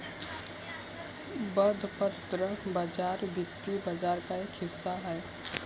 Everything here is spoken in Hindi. बंधपत्र बाज़ार वित्तीय बाज़ार का एक हिस्सा है